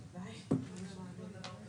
מה שקרוי